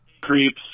Creeps